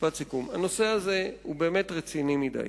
הנושא הזה הוא באמת רציני מכדי